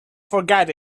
forget